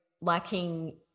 lacking